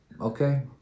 okay